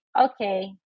okay